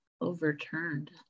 overturned